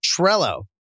Trello